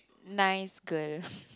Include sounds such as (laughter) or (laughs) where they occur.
nice girl (laughs)